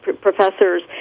professors